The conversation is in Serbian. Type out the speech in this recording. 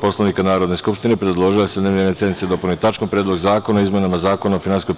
Poslovnika Narodne skupštine, predložila je da se dnevni red sednice dopuni tačkom – Predlog zakona o izmenama Zakona o finansijskoj